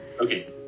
Okay